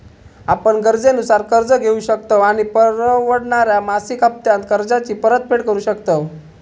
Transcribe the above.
आपण गरजेनुसार कर्ज घेउ शकतव आणि परवडणाऱ्या मासिक हप्त्त्यांत कर्जाची परतफेड करु शकतव